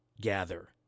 gather